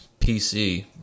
PC